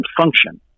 function